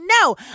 No